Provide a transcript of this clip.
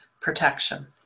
Protection